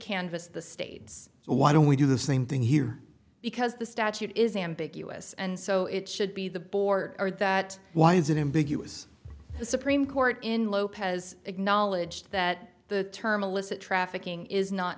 canvass the states so why don't we do the same thing here because the statute is ambiguous and so it should be the board that why is it in big us the supreme court in lopez acknowledged that the term illicit trafficking is not